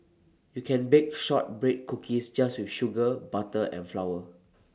you can bake Shortbread Cookies just with sugar butter and flour